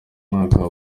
mwaka